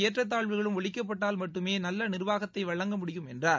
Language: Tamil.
ஏற்றத்தாழ்வுகளும் ஒழிக்கப்பட்டால் மட்டுமே நல்ல நிர்வாகத்தை வழங்க முடியும் என்றார்